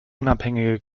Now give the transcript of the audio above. unabhängige